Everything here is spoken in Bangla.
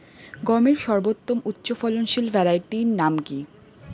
গমের সর্বোত্তম উচ্চফলনশীল ভ্যারাইটি নাম কি?